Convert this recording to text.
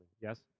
Yes